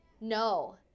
No